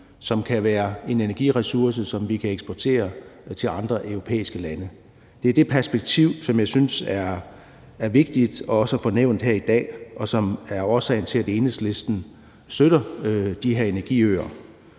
som kan være en energiressource, som vi kan eksportere til andre europæiske lande. Det er det perspektiv, som jeg synes er vigtigt også at få nævnt her i dag, og som er årsagen til, at Enhedslisten støtter de her energiøer